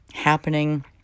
happening